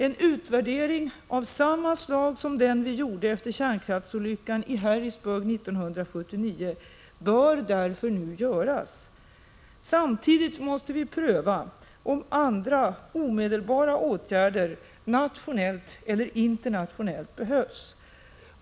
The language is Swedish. En utvärdering av samma slag som den vi gjorde efter kärnkraftsolyckan i Harrisburg 1979 bör därför nu göras. Samtidigt måste vi pröva om andra omedelbara åtgärder, nationellt eller internationellt, behövs.